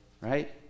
right